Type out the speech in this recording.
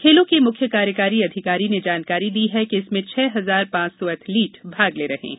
खेलों के मुख्य कार्यकारी अधिकारी ने जानकारी दी कि इसमें छह हजार पांच सौ एथलीट भाग ले रहे हैं